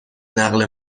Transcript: نقل